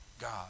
God